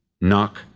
Knock